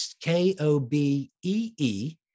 K-O-B-E-E